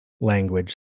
language